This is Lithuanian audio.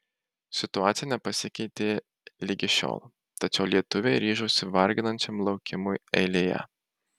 situacija nepasikeitė ligi šiol tačiau lietuviai ryžosi varginančiam laukimui eilėje